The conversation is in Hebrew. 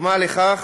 דוגמה לכך